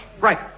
Right